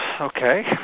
Okay